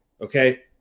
okay